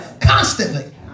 constantly